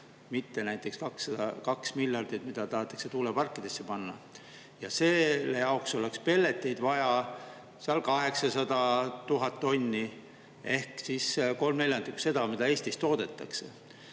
mitte näiteks 2 miljardit, mida tahetakse tuuleparkidesse panna. Ja selle jaoks oleks pelleteid vaja seal 800 000 tonni ehk siis kolm neljandikku sellest, mis Eestis toodetakse.